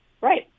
right